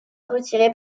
retiré